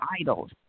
idols